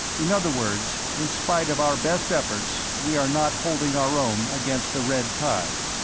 in other words, in spite of our best efforts, we are not holding our own against the red tide.